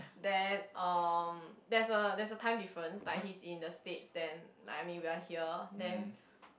then um there's a there's time difference like he's in the States then like I mean we are here then